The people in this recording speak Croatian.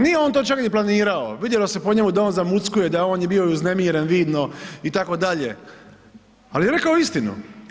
Nije on to čak ni planirao, vidjelo se po njemu da on zamuckuje i da on je bio uznemiren vidno itd., ali je rekao istinu.